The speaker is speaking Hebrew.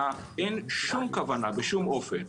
אין שום כוונה בשום אופן,